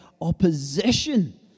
opposition